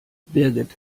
birgit